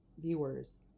viewers